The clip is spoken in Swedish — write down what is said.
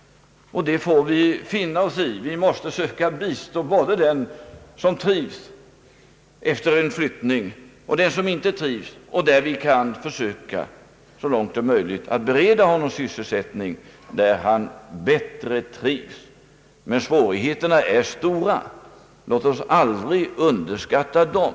Vi måste försöka bistå både den som trivs efter flyttningen och den som inte trivs. Den senare måste vi försöka att så långt som möjligt bereda sysselsättning på en plats där han trivs bättre, men svårigheterna är stora — låt oss aldrig underskatta dem.